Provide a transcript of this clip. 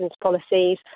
policies